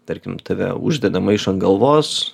tarkim tave uždeda maišą ant galvos